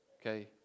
okay